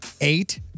Eight